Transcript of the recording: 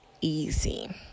easy